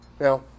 Now